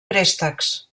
préstecs